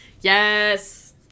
Yes